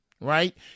Right